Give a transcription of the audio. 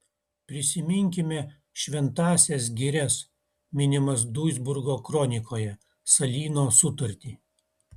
prisiminkime šventąsias girias minimas duisburgo kronikoje salyno sutartį